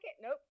Nope